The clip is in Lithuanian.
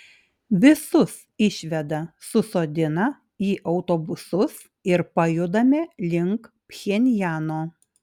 visus išveda susodina į autobusus ir pajudame link pchenjano